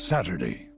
Saturday